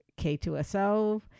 K2SO